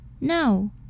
No